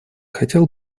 хотел